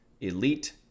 elite